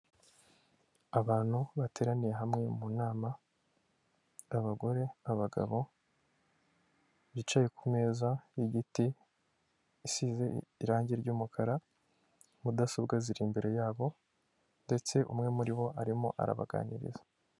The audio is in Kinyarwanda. Abantu bateraniye hamwe mu nama abagore abagabo bicaye ku meza y'igiti isize irangi ry'umukara, mudasobwa ziri imbere yabo ndetse umwe muri bo arimo arabaganiriza.